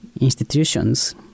institutions